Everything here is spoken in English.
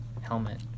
helmet